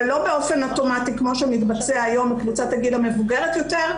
אבל לא באופן אוטומטי כמו שמתבצע היום בקבוצת הגיל המבוגרת יותר,